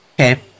Okay